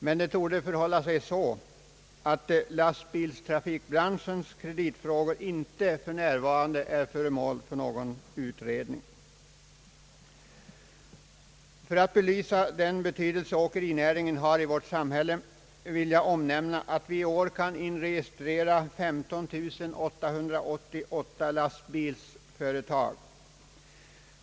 Men det torde förhålla sig så, att lastbilstrafikbranschens kreditfrågor inte för närvarande är föremål för någon utredning. För att belysa den betydelse åkerinäringen har i vårt samhälle vill jag omnämna, att vi i år har 15 888 inregistrerade lastbilsföretag.